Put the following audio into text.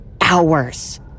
hours